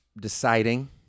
deciding